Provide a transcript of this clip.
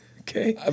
Okay